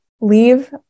leave